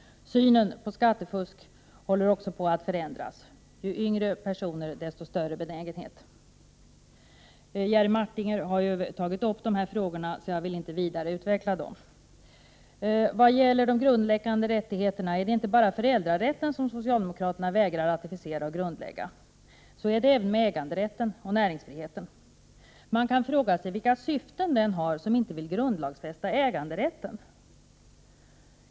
Synen på skattefusk håller också på att Rättstrygghet m.m. förändras — ju yngre personer desto större benägenhet. Jerry Martinger har belyst dessa frågor, så jag behöver inte utveckla dem vidare. Vad gäller de grundläggande rättigheterna är det inte bara föräldrarätten som socialdemokraterna vägrar ratificera och grundlagsfästa. Så förhåller det sig även med äganderätten och näringsfriheten. Man kan fråga sig vilka syften den har som inte vill grundlagsfästa äganderätten.